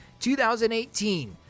2018